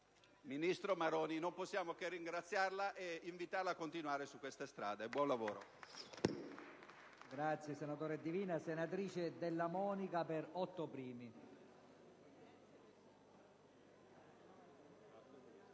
ministro Maroni, noi non possiamo che ringraziarla e invitarla a continuare su questa strada. Buon lavoro.